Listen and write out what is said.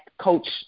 coach